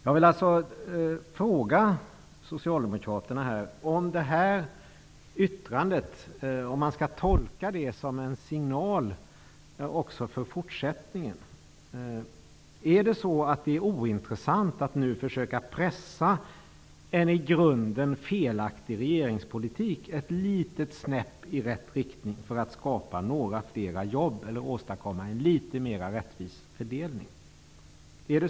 Jag vill alltså fråga socialdemokraterna om man skall tolka det här yttrandet som en signal även för fortsättningen. Är det ointressant att nu försöka pressa en i grunden felaktig regeringspolitik ett litet snäpp i rätt riktning för att skapa några flera jobb eller åstadkomma en litet mera rättvis fördelning?